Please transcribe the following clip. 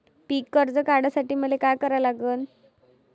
पिक कर्ज काढासाठी मले का करा लागन?